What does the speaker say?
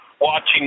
watching